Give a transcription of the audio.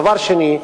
דבר שני,